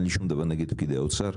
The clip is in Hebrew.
אין לי שום דבר נגד פקידי האוצר,